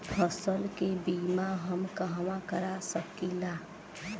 फसल के बिमा हम कहवा करा सकीला?